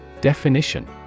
Definition